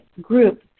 group